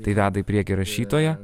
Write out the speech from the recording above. tai veda į priekį rašytoją